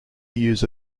use